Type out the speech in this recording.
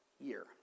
year